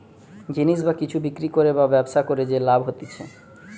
জিনিস বা কিছু বিক্রি করে বা ব্যবসা করে যে লাভ হতিছে